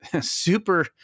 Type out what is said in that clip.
super